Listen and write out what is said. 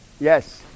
Yes